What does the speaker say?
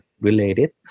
related